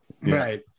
Right